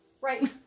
Right